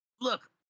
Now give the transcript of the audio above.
Look